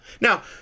Now